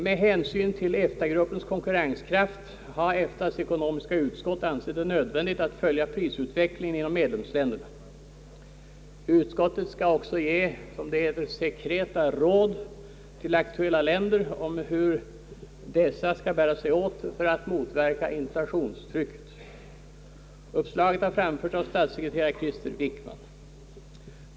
Med hänsyn till EFTA-gruppens konkurrenskraft har EFTA:s ekonomiska utskott ansett det nödvändigt att följa prisutvecklingen inom medlemsländerna. Utskottet skall också ge, som det heter, sekreta råd till aktuella länder om hur dessa skall bära sig åt för att motverka inflationstrycket. Uppslaget har framförts av statssekreterare Krister Wickman.